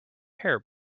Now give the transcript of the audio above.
hair